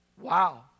Wow